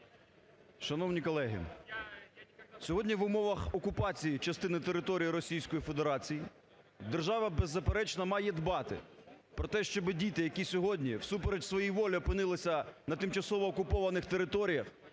Шановні колеги, сьогодні в умовах окупації частини території Російською Федерацією держава беззаперечно має дбати про те. щоби діти, які сьогодні всупереч своєї волі опинилися на тимчасово окупованих територіях,